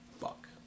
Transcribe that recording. fuck